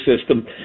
system